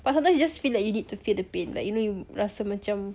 but sometimes you just feel like you need to feel the pain like you know you rasa macam